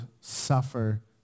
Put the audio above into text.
suffer